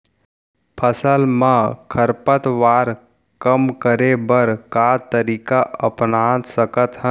फसल मा खरपतवार कम करे बर का तरीका अपना सकत हन?